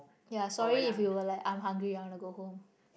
ya sorry if you were like I'm hungry I want to go home